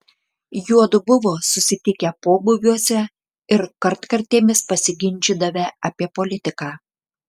juodu buvo susitikę pobūviuose ir kartkartėmis pasiginčydavę apie politiką